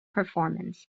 performance